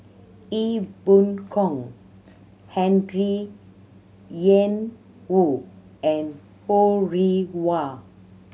Ee Boon Kong Henry Ian Woo and Ho Rih Hwa